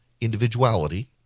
individuality